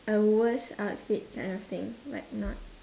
a worst outfit kind of thing like not